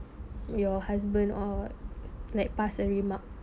your husband or like pass a remark